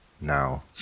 now